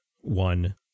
one